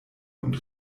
und